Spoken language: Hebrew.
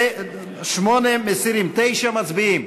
8 מסירים, 9 מצביעים.